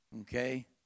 Okay